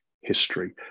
history